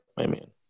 Amen